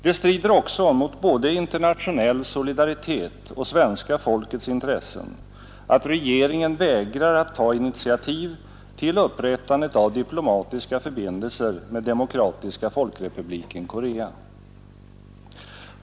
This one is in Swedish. Det strider också mot både internationell solidaritet och svenska folkets intressen att regeringen vägrar att ta initiativ till upprättandet av diplomatiska förbindelser med Demokratiska folkrepubliken Korea.